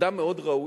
אדם מאוד ראוי,